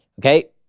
okay